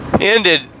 ended